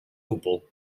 gwbl